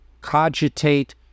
cogitate